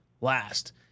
last